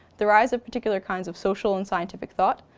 the rise of particular kinds of social and scientific thought,